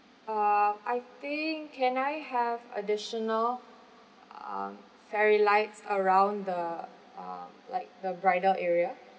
uh I think can I have additional um fairy lights around the(um) like the bridal area